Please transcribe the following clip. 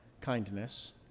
kindness